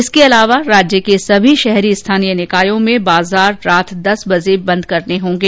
इसके अलावा राज्य के सभी शहरी स्थानीय निकायों में बाजार रात दस बजे बंद करने होंगे